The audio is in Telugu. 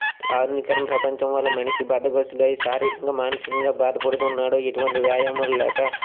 ఆధునీకరణ ప్రపంచం వలన మనిషి బద్దగస్థుడై శారీరకంగా మానసికంగా బాధపడుతూ ఉన్నాడు ఎటువంటి వ్యాయామాలు లేక